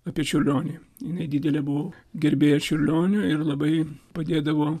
apie čiurlionį jinai didelė buvo gerbėja čiurlionio ir labai padėdavo